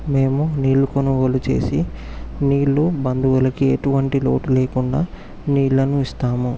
మేము నీళ్లు కొనుగోలు చేసి నీళ్లు బంధువులకి ఎటువంటి లోటు లేకుండా నీళ్లను ఇస్తాము